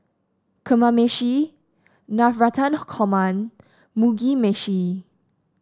Kamameshi Navratan Korma Mugi Meshi